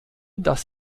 das